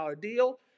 deal